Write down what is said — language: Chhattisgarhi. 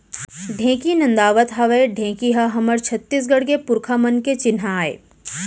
ढेंकी नदावत हावय ढेंकी ह हमर छत्तीसगढ़ के पुरखा मन के चिन्हा आय